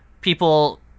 people